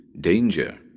danger